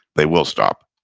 they will stop,